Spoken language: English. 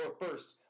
first